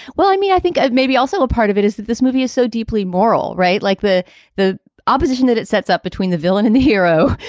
well, i mean, i think maybe also a part of it is that this movie is so deeply moral, right like the the opposition that it sets up between the villain and the hero,